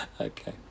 Okay